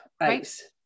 ice